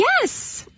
Yes